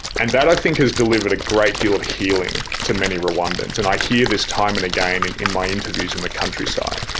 and that i think has delivered a great deal of healing to many rwandans, and i hear this time and again in in my interviews in the countryside.